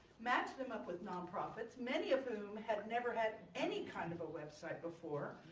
match them up with nonprofits, many of whom have never had any kind of a website before,